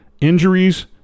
injuries